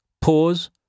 pause